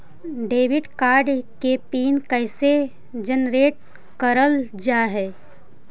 Debit card के PIN कैसे generate करल जाहै?